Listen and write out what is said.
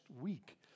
week